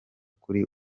kuri